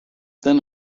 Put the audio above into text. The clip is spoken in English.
then